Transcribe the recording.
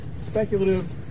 speculative